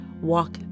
walk